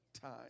time